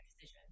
decision